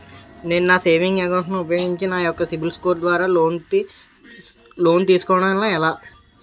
నేను నా savings account ను ఉపయోగించి నా యెక్క సిబిల్ స్కోర్ ద్వారా లోన్తీ సుకోవడం ఎలా?